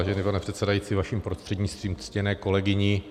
Vážený pane předsedající, vaším prostřednictvím ctěné kolegyni.